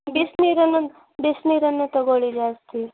ಬಿಸಿನೀರನ್ನು ಬಿಸಿನೀರನ್ನೇ ತೊಗೊಳಿ ಜಾಸ್ತಿ